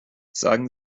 sagen